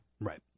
right